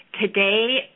Today